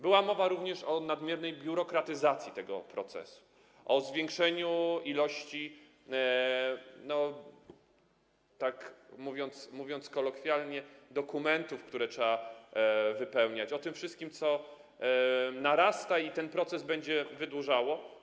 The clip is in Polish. Była również mowa o nadmiernej biurokratyzacji tego procesu, o zwiększeniu ilości, mówiąc kolokwialnie, dokumentów, które trzeba wypełniać, o tym wszystkim, co narasta i co ten proces będzie wydłużało.